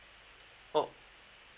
oh